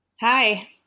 Hi